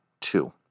two